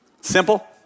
Simple